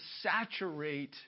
saturate